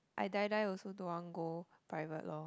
I die die also don't want go private loh